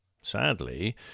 Sadly